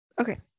okay